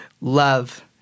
Love